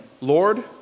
Lord